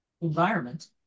environment